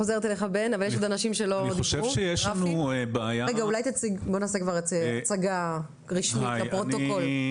רפי, אולי תציג את עצמך באופן רשמי לפרוטוקול?